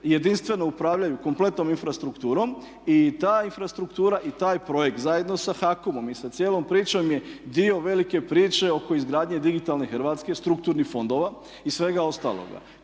jedinstveno upravljaju kompletnom infrastrukturom i ta infrastruktura i taj projekt zajedno sa HAKOM-om i sa cijelom pričom je dio velike priče oko izgradnje digitalnih hrvatskih strukturnih fondova i svega ostaloga.